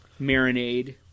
marinade